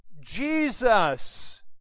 Jesus